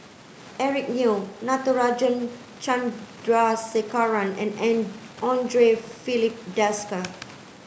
Eric Neo Natarajan Chandrasekaran and Andre Filipe Desker